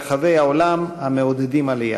אחמד טיבי.